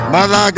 Mother